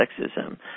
sexism